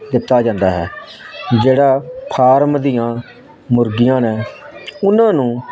ਦਿੱਤਾ ਜਾਂਦਾ ਹੈ ਜਿਹੜਾ ਫਾਰਮ ਦੀਆਂ ਮੁਰਗੀਆਂ ਨੇ ਉਹਨਾਂ ਨੂੰ